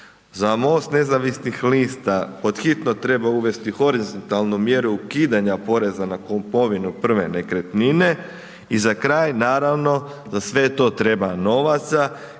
Za MOST nezavisnih lista pod hitno treba uvesti horizontalnu mjeru ukidanja poreza na kupovinu prve nekretnine i za kraj, naravno, za sve to treba novaca,